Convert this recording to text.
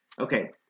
Okay